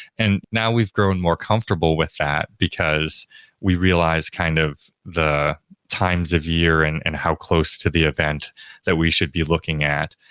and now we've grown more comfortable with that, because we realize kind of the times of year and and how close to the event that we should be looking at.